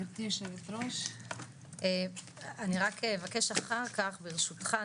אני רק אבקש אחר כך ברשותך,